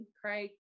Craig